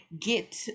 get